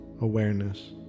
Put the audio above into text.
awareness